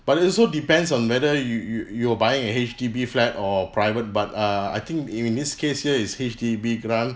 but it also depends on whether you you you're buying a H_D_B flat or private but err I think in this case here is H_D_B grant